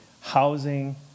housing